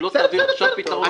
אם לא תביא עכשיו פתרון --- בסדר,